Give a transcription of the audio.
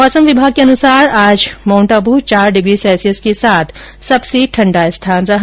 मौसम विभाग के अनुसार आज माउंट आबू चार डिग्री सैल्सियस के साथ सबसे ठंडा स्थान रहा